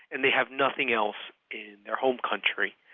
and they have nothing else in their home country,